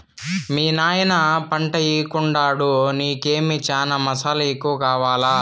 మీ నాయన పంటయ్యెకుండాడు నీకేమో చనా మసాలా ఎక్కువ కావాలా